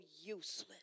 useless